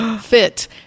fit